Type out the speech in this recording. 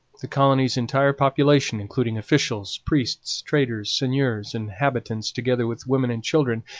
the colony's entire population, including officials, priests, traders, seigneurs, and habitants, together with women and children,